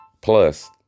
Plus